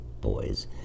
boys